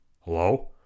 Hello